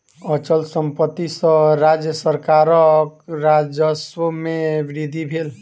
अचल संपत्ति सॅ राज्य सरकारक राजस्व में वृद्धि भेल